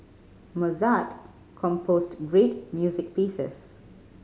Mozart composed great music pieces